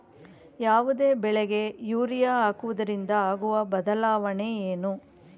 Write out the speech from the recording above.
ಯಾವುದೇ ಬೆಳೆಗೆ ಯೂರಿಯಾ ಹಾಕುವುದರಿಂದ ಆಗುವ ಬದಲಾವಣೆ ಏನು?